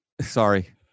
sorry